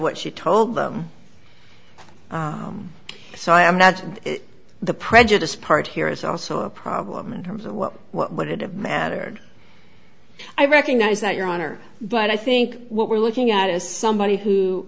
what she told them so i am not the prejudiced part here it's also a problem in terms of what what it have mattered i recognize that your honor but i think what we're looking at is somebody who